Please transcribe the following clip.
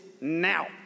now